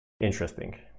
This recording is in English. interesting